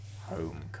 Home